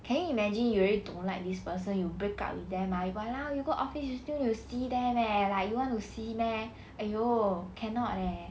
can you imagine you already don't like this person you break up with them ah but now you go office you still you see there eh like you want to see meh !aiyo! cannot leh